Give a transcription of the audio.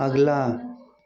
अगला